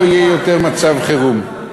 לא יהיה יותר מצב חירום.